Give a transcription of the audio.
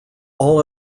all